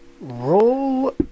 Roll